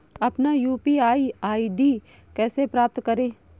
अपना UPI ID कैसे प्राप्त करें?